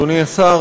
אדוני השר,